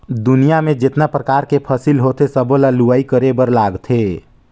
दुनियां में जेतना परकार के फसिल होथे सबो ल लूवाई करे बर लागथे